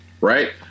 right